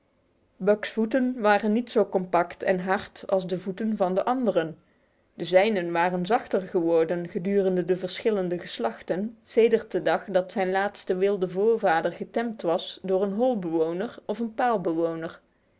buck's voeten waren niet zo compact en hard als de voeten der anderen de zijne waren zachter geworden gedurende de verschillende geslachten sedert de dag dat zijn laatste wilde voorvader getemd was door een holbewoner of een